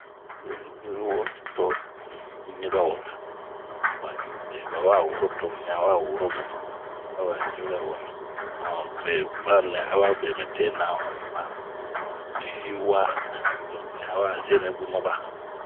Bunh yi wo to unh ɲi ba wura, toba bie ba ɲawa wuro to n'ɲibun, awa ɲiwɛ wura, be a nɛ aba te mi te ɲama yiwa, to un ɲawa zeni bun maba.